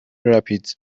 rapids